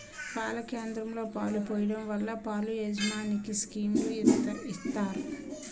పాల కేంద్రంలో పాలు పోయడం వల్ల పాల యాజమనికి స్కీములు ఇత్తారు